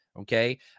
okay